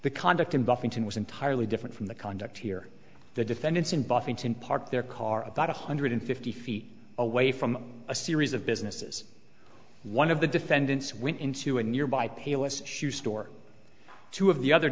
the conduct in buffington was entirely different from the conduct here the defendants in buffington parked their car about one hundred fifty feet away from a series of businesses one of the defendants went into a nearby payless shoe store two of the other